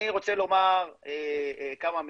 אני רוצה לומר כמה מילים,